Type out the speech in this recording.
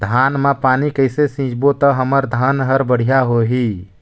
धान मा पानी कइसे सिंचबो ता हमर धन हर बढ़िया होही?